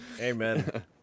Amen